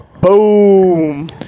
Boom